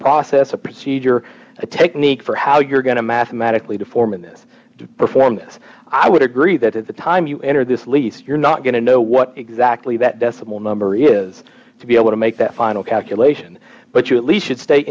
process a procedure a technique for how you're going to mathematically to form in this performance i would agree that at the time you enter this least you're not going to know what exactly that decimal number is to be able to make that final calculation but you at least should stay